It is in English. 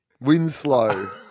Winslow